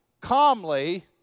calmly